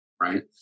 right